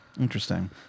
Interesting